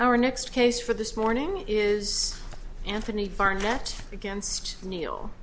our next case for this morning is anthony barnett against neil